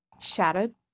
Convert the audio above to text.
shattered